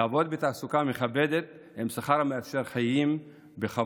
לעבוד בתעסוקה מכבדת, עם שכר המאפשר חיים בכבוד,